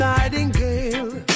Nightingale